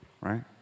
right